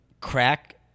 crack